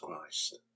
Christ